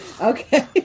Okay